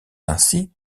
ainsi